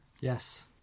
Yes